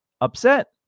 upset